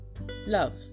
love